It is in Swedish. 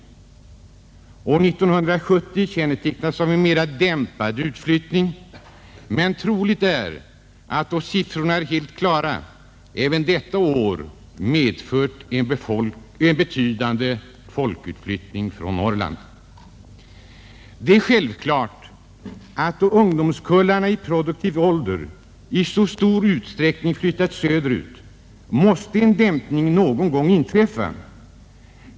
Under år 1970 tycks utflyttningen ha dämpats. Men troligt är att då siffrorna är helt klara, även detta år skall uppvisa en betydande folkutflyttning från Norrland. Det är självklart att då ungdomskullarna i produktiv ålder i så stor utsträckning flyttat söderut, måste en dämpning någon gång inträffa.